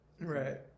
Right